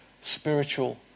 spiritual